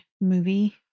movie